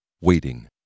Waiting